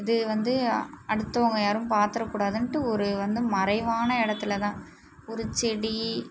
இது வந்து அடுத்தவங்க யாரும் பார்த்துற கூடாதுன்ட்டு ஒரு வந்து மறைவான இடத்துலதான் ஒரு செடி